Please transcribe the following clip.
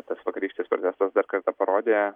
tas vakarykštis protestas dar kartą parodė